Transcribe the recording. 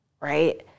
right